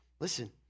listen